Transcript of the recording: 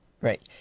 right